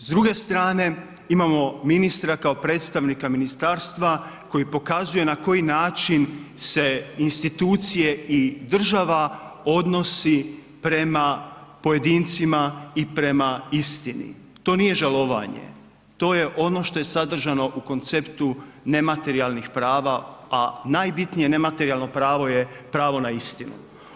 S druge strane, imamo ministra kao predstavnika Ministarstva koji pokazuje na koji način se institucije i država odnosi prema pojedincima i prema istini, to nije žalovanje, to je ono što je sadržano u konceptu nematerijalnih prava, a najbitnije nematerijalno pravo je pravo na istinu.